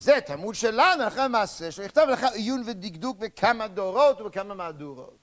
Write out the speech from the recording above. זה תלמוד שלנו, הלכה המעשה שלך, יכתב לאחר עיון ודקדוק בכמה דורות ובכמה מהדורות.